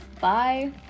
Bye